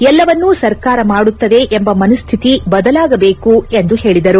ಎಲ್ಲವನ್ನೂ ಸರ್ಕಾರ ಮಾಡುತ್ತದೆ ಎಂಬ ಮನಸ್ವಿತಿ ಬದಲಾಗಬೇಕು ಎಂದು ಹೇಳದರು